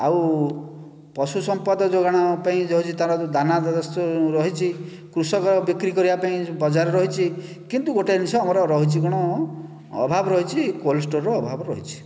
ଆଉ ପଶୁସମ୍ପଦ ଯୋଗାଣ ପାଇଁ ଯେଉଁ ଦାନା ରହିଛି କୃଷକ ବିକ୍ରି କରିବା ପାଇଁ ବଜାର ରହିଛି କିନ୍ତୁ ଗୋଟିଏ ଜିନିଷ ଆମର ରହିଛି କ'ଣ ଅଭାବ ରହିଛି କୋଲ୍ଡ ଷ୍ଟୋରର ଅଭାବ ରହିଛି